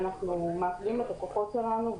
אנחנו מכווינים את הלקוחות שלנו.